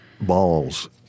balls